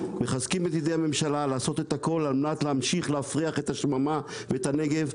מחזקים את ידי הממשלה לעשות את הכול על מנת להפריח את השממה ואת הנגב.